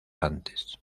antes